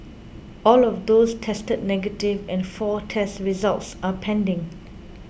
all of those tested negative and four test results are pending